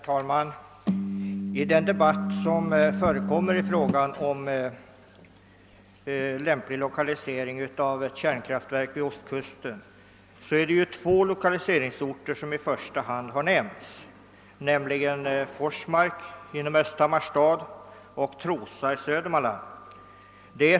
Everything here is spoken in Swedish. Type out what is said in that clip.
Herr talman! I debatten om den lämpliga lokaliseringen av ett kärnkraftverk vid Ostkusten har främst två orter nämnts, nämligen Forsmark inom Östhammars stad och Trosa i Södermanland.